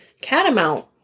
catamount